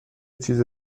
چیز